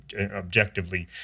objectively